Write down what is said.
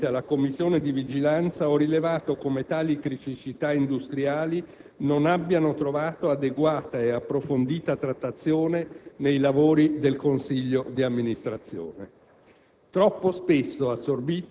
Nel riferire di recente alla Commissione di vigilanza, ho rilevato come tali criticità industriali non abbiano trovato adeguata e approfondita trattazione nei lavori del Consiglio di amministrazione,